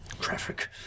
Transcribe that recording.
Traffic